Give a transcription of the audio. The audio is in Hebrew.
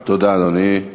תודה, אדוני.